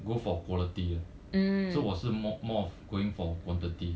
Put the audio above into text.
go for quality so 我是 more more of going for quantity